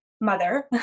mother